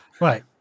Right